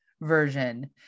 version